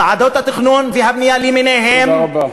ועדות התכנון והבנייה למיניהן, תודה רבה.